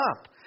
up